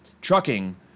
trucking